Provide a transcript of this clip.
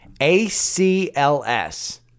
ACLS